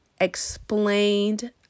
explained